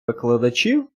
викладачів